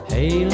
Hey